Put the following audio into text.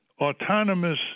autonomous